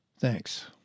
Thanks